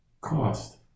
cost